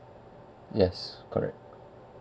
yes correct